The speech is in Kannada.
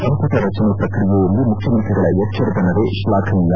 ಸಂಪುಟ ರಚನೆ ಪ್ರಕ್ರಿಯೆಯಲ್ಲಿ ಮುಖ್ಯಮಂತ್ರಿಗಳ ಎಚ್ದರದ ನಡೆ ಕ್ಲಾಫನೀಯ